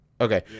Okay